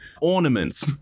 ornaments